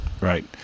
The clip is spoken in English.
right